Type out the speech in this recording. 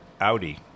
audi